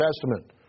Testament